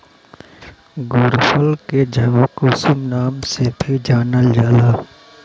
गुड़हल के जवाकुसुम नाम से भी जानल जाला